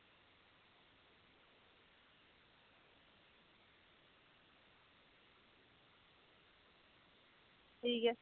ठीक ऐ